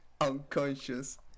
unconscious